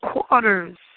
quarters